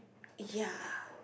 ya